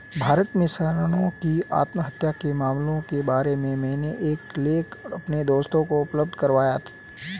भारत में किसानों की आत्महत्या के मामलों के बारे में मैंने एक लेख अपने दोस्त को उपलब्ध करवाया